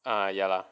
ya lah